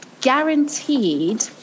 guaranteed